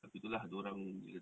tapi tu lah dia orang